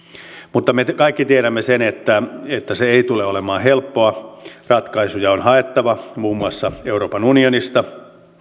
mutta me kaikki tiedämme sen että että se ei tule olemaan helppoa ratkaisuja on haettava muun muassa euroopan unionista